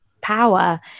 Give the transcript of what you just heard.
power